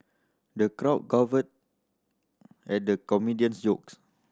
the crowd guffawed at the comedian's jokes